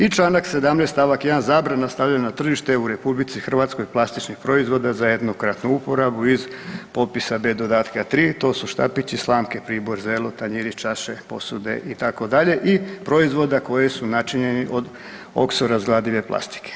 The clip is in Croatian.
I čl. 17. st. 1. zabrana na stavljanje na tržište u RH plastičnih proizvoda za jednokratnu uporabu iz popisa b dodatka 3, to su štapići, slamke, pribor za jelo, tanjuri, čaše, posude itd. i proizvoda koji su načinjeni od okso razgradive plastike.